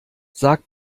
sag